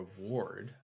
reward